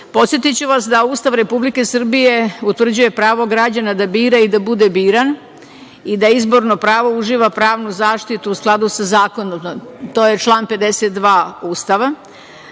sistemu. Podsetiću vas da Ustav Republike Srbije utvrđuje pravo građana da bira i da bude biran i da izborno pravo uživa pravnu zaštitu u skladu sa zakonom. To je član 52.